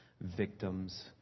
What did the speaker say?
victims